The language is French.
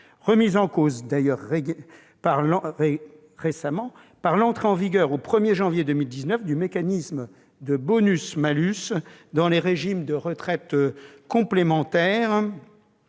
remise en cause par l'entrée en vigueur, au 1 janvier 2019, du mécanisme de bonus-malus dans les régimes de retraite complémentaire